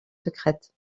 secrètes